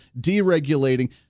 deregulating